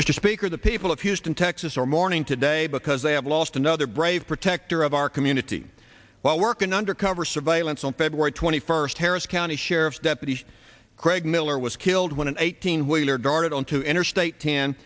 mr speaker the people of houston texas are mourning today because they have lost another brave protector of our community while working undercover surveillance on feb twenty first harris county sheriff's deputies craig miller was killed when an eighteen wheeler darted onto interstate